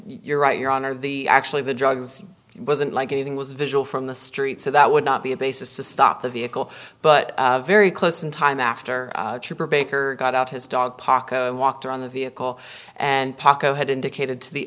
you're right your honor the actually the drugs it wasn't like anything was visual from the street so that would not be a basis to stop the vehicle but very close in time after trooper baker got out his dog pocket and walked around the vehicle and paca had indicated to the